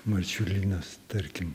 marčiulynas tarkim